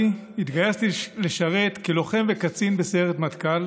התגייסתי לשרת כלוחם וכקצין בסיירת מטכ"ל,